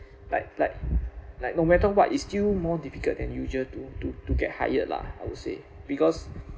like like like no matter what it's still more difficult than usual to to to get hired lah I would say because